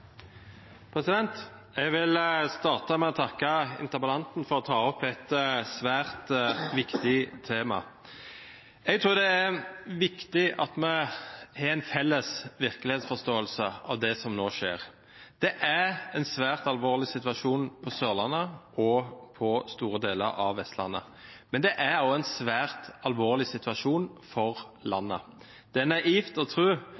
vil starte med å takke interpellanten for å ta opp et svært viktig tema. Jeg tror det er viktig at vi har en felles virkelighetsforståelse av det som nå skjer. Det er en svært alvorlig situasjon på Sørlandet og for store deler av Vestlandet, men det er også en svært alvorlig situasjon for landet. Det er naivt å